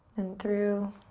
then through